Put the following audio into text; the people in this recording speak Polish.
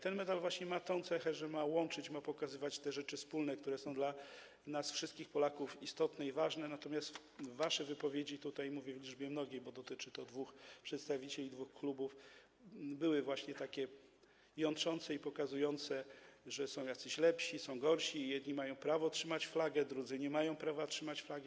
Ten medal właśnie ma tę cechę, że ma łączyć, ma pokazywać te kwestie wspólne, które są dla nas, wszystkich Polaków, istotne i ważne, natomiast wasze wypowiedzi tutaj - mówię w liczbie mnogiej, bo dotyczy to dwóch przedstawicieli dwóch klubów - były jątrzące i pokazywały, że są jacyś lepsi, są gorsi i że jedni mają prawo trzymać flagę, a drudzy nie mają takiego prawa.